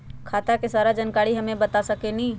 खाता के सारा जानकारी हमे बता सकेनी?